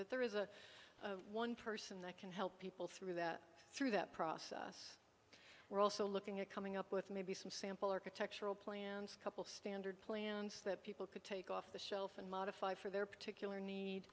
that there is a one person that can help people through that through that process we're also looking at coming up with maybe some sample architectural plans couple standard plans that people could take off the shelf and modify for their particular need